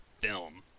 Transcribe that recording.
film